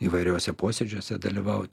įvairiuose posėdžiuose dalyvaut